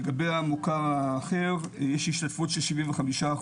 לגבי המוכר האחר יש השתתפות של 75%,